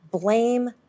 Blame